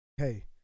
hey